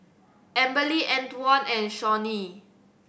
Amberly Antwon and Shawnee